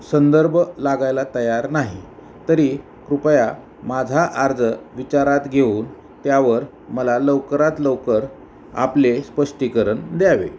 संदर्भ लागायला तयार नाही तरी कृपया माझा अर्ज विचारात घेऊन त्यावर मला लवकरात लवकर आपले स्पष्टीकरण द्यावे